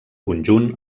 conjunt